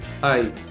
hi